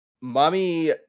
mommy